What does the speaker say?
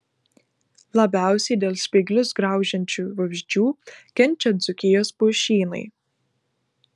labiausiai dėl spyglius graužiančių vabzdžių kenčia dzūkijos pušynai